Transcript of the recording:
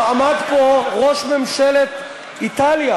עמד פה ראש ממשלת איטליה,